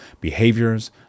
behaviors